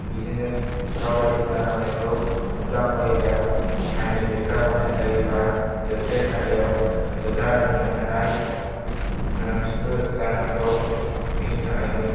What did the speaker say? बिदिनो सिखाव बायदिसिना खामानिखौ नुफ्लांबायोब्ला आइननि बेरेखा मावनाय जायोब्ला जोबथेसालियाव जोबनानै दोननो हानाय गोनांथिबो जानो हागौ बिनि थाखायनो